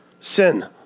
sin